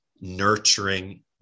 nurturing